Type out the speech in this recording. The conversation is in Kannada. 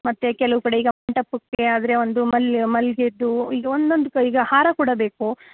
ಮತ್ತು ಕೆಲವು ಕಡೆ ಈಗ ಮಂಟಪಕ್ಕೆ ಆದರೆ ಒಂದು ಮಲ್ಲಿ ಮಲ್ಲಿಗೇದ್ದು ಈಗ ಒಂದೊಂದು ಈಗ ಹಾರ ಕೂಡ ಬೇಕು